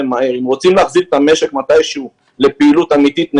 אם רוצים להחזיר את המשק מתי שהוא לפעילות אמיתית נכונה,